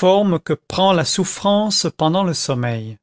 dans les roues le service